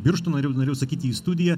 birštoną ir jau norėjau sakyti į studiją